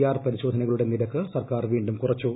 R പരിശോധനകളുടെ നിരക്ക് സർക്കാർ വീണ്ടും കുറച്ചു